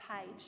page